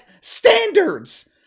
standards